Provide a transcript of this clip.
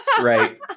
Right